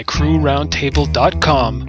CrewRoundtable.com